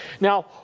Now